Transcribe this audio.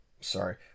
sorry